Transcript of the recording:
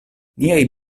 niaj